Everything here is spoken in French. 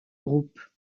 groupe